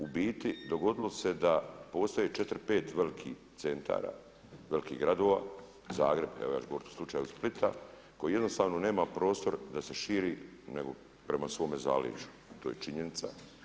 U biti dogodilo se da postoje četiri, pet velikih centara, velikih gradova Zagreb, evo ja ću govoriti u slučaju Splita, koji jednostavno nema prostor da se širi nego prema svome zaleđu, to je činjenica.